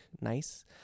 nice